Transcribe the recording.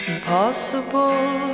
Impossible